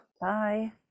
bye